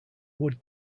wood